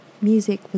music